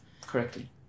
Correctly